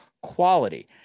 quality